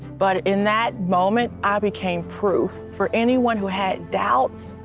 but in that moment i became proof for anyone who had doubts,